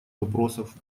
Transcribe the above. вопросов